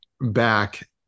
back